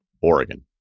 Oregon